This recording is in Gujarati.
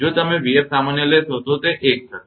જો તમે 𝑣𝑓 સામાન્ય લેશો તો તે એક થશે